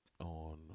on